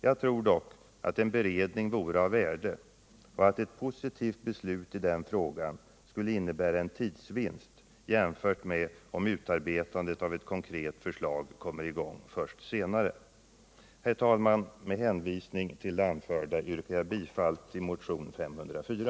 Jag tror dock att en beredning vore av värde och att ett positivt beslut i den frågan skulle innebära en tidsvinst, jämfört med om utarbetandet av ett konkret förslag kommer i gång först senare. Herr talman! Med hänvisning till det anförda yrkar jag bifall till motionen 504.